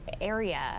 area